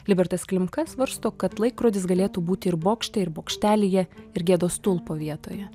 libertas klimka svarsto kad laikrodis galėtų būti ir bokšte ir bokštelyje ir gėdos stulpo vietoje